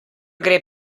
gre